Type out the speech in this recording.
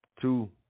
two